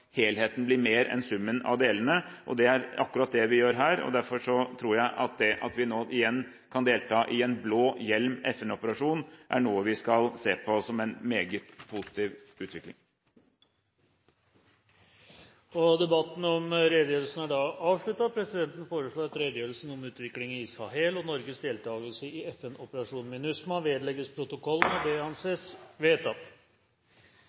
helheten blir mer enn summen av delene. Det er akkurat det vi gjør her, og derfor tror jeg at det at vi nå igjen kan delta i en «blå hjelm»-FN-operasjon er noe vi skal se på som en meget positiv utvikling. Dermed er debatten om redegjørelsen avsluttet. Presidenten foreslår at redegjørelsen om utviklingen i Sahel og Norges deltakelse i FN-operasjonen MINUSMA vedlegges protokollen. Etter ønske fra kirke-, utdannings- og